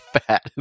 fat